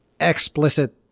explicit